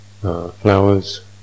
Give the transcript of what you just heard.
flowers